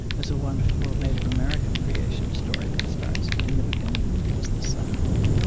there's a wonderful native american creation story that starts, in the beginning was the sound.